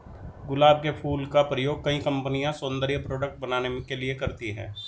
गुलाब के फूल का प्रयोग कई कंपनिया सौन्दर्य प्रोडेक्ट बनाने के लिए करती है